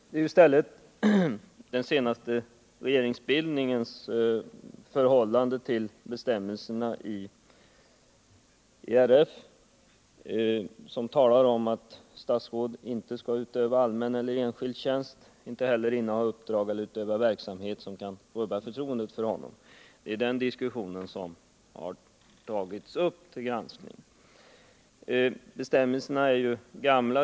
Det är i stället den senaste regeringsbildningens förhållande till bestämmelserna i regeringsformen som talar om att statsråd inte skall utöva allmän eller enskild tjänst, inte heller inneha uppdrag eller utöva verksamhet som kan rubba förtroendet för honom som tagits upp till granskning. Bestämmelserna är gamla.